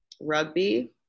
rugby